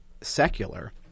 secular